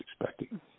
expecting